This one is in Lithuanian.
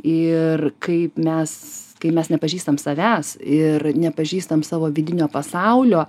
ir kaip mes kai mes nepažįstam savęs ir nepažįstam savo vidinio pasaulio